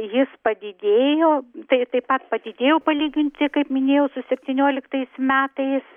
jis padidėjo tai taip pat padidėjo palyginti kaip minėjau su septynioliktais metais